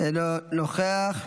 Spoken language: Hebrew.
אינו נוכח.